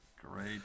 Great